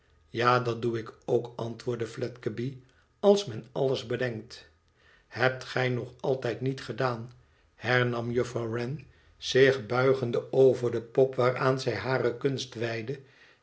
a dat doe ik ook antwoordde fledgeby sals men alles bedenkt hebt gij nog altijd niet gedaan hernam juffrouw wren zichbni gende over de pop waaraan zij hare kunst wijdde